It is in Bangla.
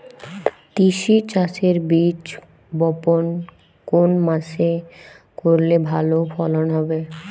তিসি চাষের বীজ বপন কোন মাসে করলে ভালো ফলন হবে?